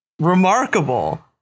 remarkable